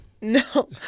No